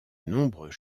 nombreux